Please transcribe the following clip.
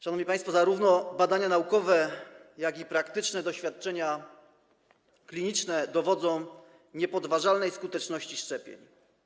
Szanowni państwo, zarówno badania naukowe, jak i praktyczne doświadczenia kliniczne dowodzą niepodważalnej skuteczności szczepień.